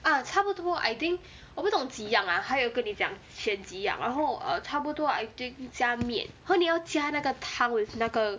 ah 差不多 I think 我不懂几样 ah 还有跟你讲选几样然后 err 差不多 I think 加面和你要加那个汤 with 那个